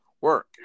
work